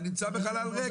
אני נמצא בחלל ריק.